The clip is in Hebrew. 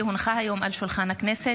כי הונחה היום על שולחן הכנסת,